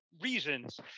reasons